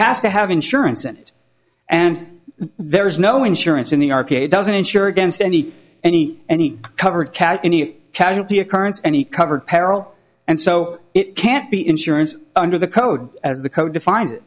has to have insurance in it and there is no insurance in the r k doesn't insure against any any any covered cat any casualty occurrence any covered peril and so it can't be insurance under the code as the code defines it